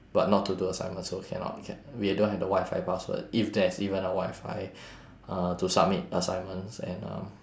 but not to do assignments so cannot can we don't have the wi-fi password if there's even a wi-fi uh to submit assignments and um